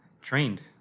trained